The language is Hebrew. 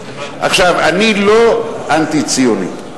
עכשיו, אני לא אנטי-ציוני.